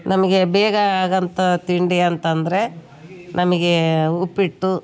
ನಮಗೆ ಬೇಗ ಆಗೊಂಥ ತಿಂಡಿ ಅಂತ ಅಂದರೆ ನಮಗೆ ಉಪ್ಪಿಟ್ಟು